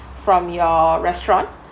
from your restaurant